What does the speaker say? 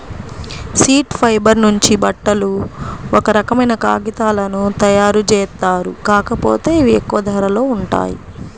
seed fibre నుంచి బట్టలు, ఒక రకమైన కాగితాలను తయ్యారుజేత్తారు, కాకపోతే ఇవి ఎక్కువ ధరలో ఉంటాయి